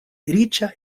riĉa